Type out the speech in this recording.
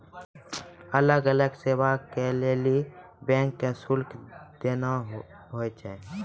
अलग अलग सेवा के लेली बैंक के शुल्क देना होय छै